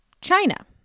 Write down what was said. China